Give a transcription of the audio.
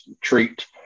treat